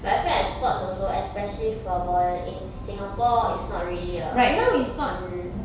but I feel like sports also especially floorball in singapore it's not really a um